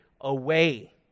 away